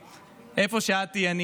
איפה שאת תהיי,